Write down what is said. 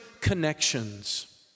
connections